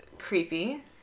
creepy